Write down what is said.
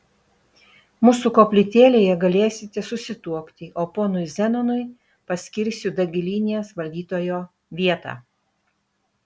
mūsų koplytėlėje galėsite susituokti o ponui zenonui paskirsiu dagilynės valdytojo vietą